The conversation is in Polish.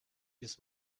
jest